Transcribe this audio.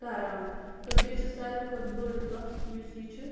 کَران تہٕ بیٚیہِ چھِ سارِوٕے کھۄتہٕ بٔڑۍ کَتھ یُس یہِ چھِ